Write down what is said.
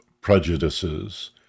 prejudices